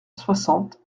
soixante